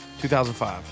2005